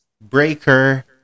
Breaker